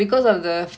ya